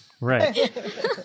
Right